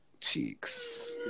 cheeks